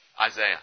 Isaiah